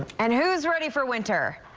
and who's ready for winter.